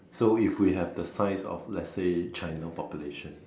so if we have the size of let's say China population